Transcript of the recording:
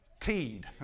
teed